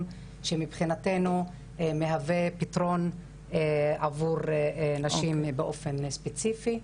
שמבחינתנו מהווה פתרון עבור נשים באופן ספציפי.